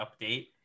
update